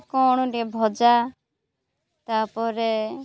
କ'ଣ ଟିକେ ଭଜା ତା'ପରେ